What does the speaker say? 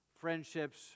friendships